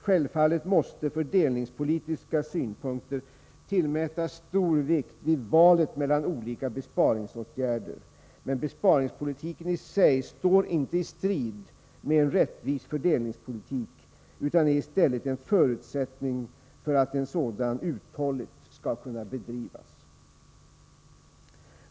Självfallet måste fördelningspolitiska synpunkter tillmätas stor vikt vid valet mellan olika besparingsåtgärder, men besparingspolitiken i sig står inte i strid med en rättvis fördelningspolitik utan är i stället en förutsättning för att en sådan uthålligt skall kunna bedrivas.